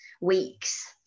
weeks